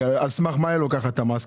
על סמך מה לוקחת את המס?